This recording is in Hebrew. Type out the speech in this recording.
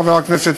חבר הכנסת,